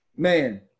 Man